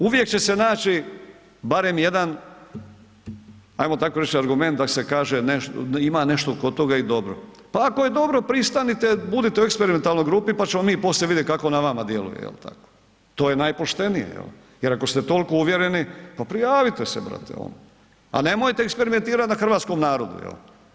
Uvijek će se naći barem jedan ajmo tako reći argument ... ima nešto kod toga i dobro, pa ako je dobro pristanite, budite u eksperimentalnoj grupi pa ćemo mi poslije vidjet kako na vama djeluje jel tako, to je najpoštenije jel, jer ako ste toliko uvjereni pa prijavite se brate ono, a nemojte eksperimentirat na hrvatskom narodu jel.